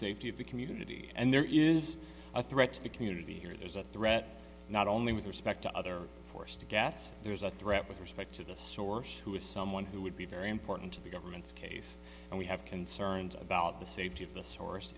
safety of the community and there is a threat to the community here there's a threat not only with respect to other force to get there is a threat with respect to the source who is someone who would be very important to the government's case and we have concerns about the safety of the source